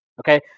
okay